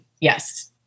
yes